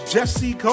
Jesse